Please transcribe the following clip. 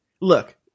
look